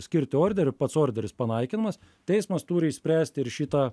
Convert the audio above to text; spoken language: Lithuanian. skirti orderį pats orderis panaikinamas teismas turi išspręsti ir šitą